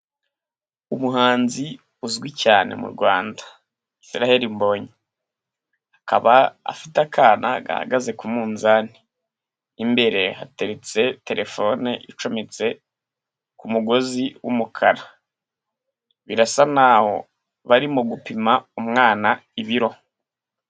Umuhanzi uzwi cyane mu Rwanda Israel Mbonyi, akaba afite akana gahagaze ku munzani. Imbere hateretse telefone icometse ku mugozi w'umukara, birasa naho bari mu gupima umwana ibiro.